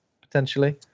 potentially